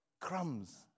crumbs